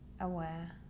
aware